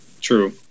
true